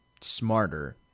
smarter